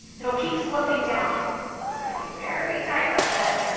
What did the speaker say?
it will keep sloping down it's going to be very tight up ahead